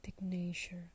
nature